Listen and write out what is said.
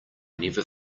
never